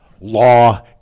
law